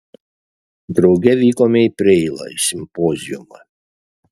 drauge vykome į preilą į simpoziumą